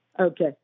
Okay